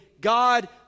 god